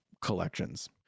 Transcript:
collections